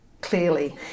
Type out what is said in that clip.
clearly